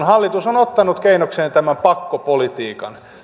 hallitushan on ottanut keinokseen tämän pakkopolitiikan